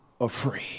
afraid